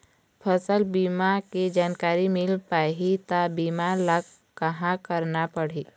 फसल बीमा के जानकारी मिल पाही ता बीमा ला कहां करना पढ़ी?